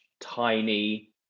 tiny